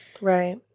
right